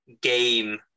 game